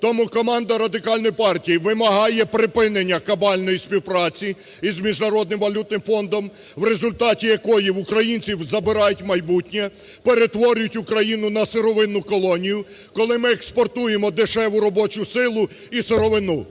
Тому команда Радикальної партії вимагає припинення кабальної співпраці із Міжнародним валютним фондом, в результаті якої в українців забирають майбутнє, перетворюють Україну на сировинну колонію, коли ми експортуємо дешеву робочу силу і сировину.